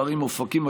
בערים אופקים,